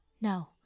No